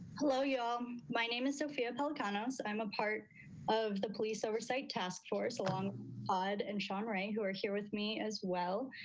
hello, yeah um my name is sophia pelecanos i'm a part of the police oversight task force along pod and shawn ray, who are here with me as well.